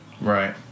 Right